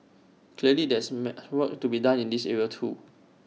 clearly there is may work to be done in this area too